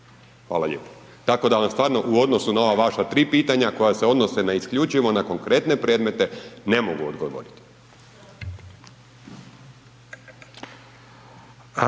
problem. Tako da vam u odnosu na ova vaša tri pitanja koja se odnose isključivo na konkretne predmete ne mogu odgovoriti.